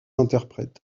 interprètes